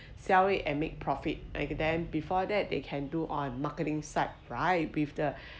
sell it and make profit like then before that they can do on marketing side right with the